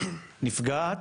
נפגעת